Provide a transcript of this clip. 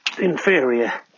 inferior